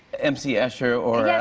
m c. escher or yeah,